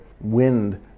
wind